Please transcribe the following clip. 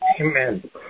Amen